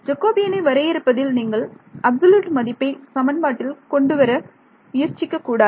ஜெகோபியனை வரையறுப்பதில் நீங்கள் அப்சொல்யூட் மதிப்பை சமன்பாட்டில் கொண்டுவர முயற்சிக்க கூடாது